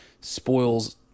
spoils